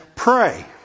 Pray